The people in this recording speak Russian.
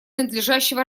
надлежащего